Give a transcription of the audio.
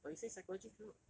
but you say psychology cannot